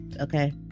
okay